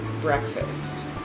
breakfast